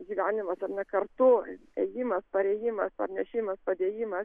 gyvenimas ar ne kartu ėjimas parėjimas parnešimas padėjimas